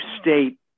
state